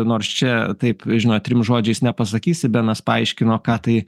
nors čia taip žinot trim žodžiais nepasakysi benas paaiškino ką tai